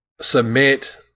submit